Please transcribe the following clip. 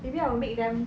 maybe I'll make them